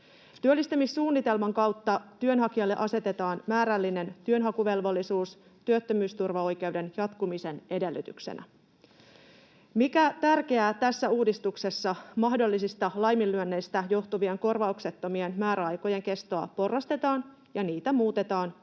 Työllistymissuunnitelman kautta työnhakijalle asetetaan määrällinen työnhakuvelvollisuus työttömyysturvaoikeuden jatkumisen edellytyksenä. Mikä tärkeää, tässä uudistuksessa mahdollisista laiminlyönneistä johtuvien korvauksettomien määräaikojen kestoa porrastetaan ja niitä muutetaan nykyistä